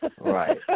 Right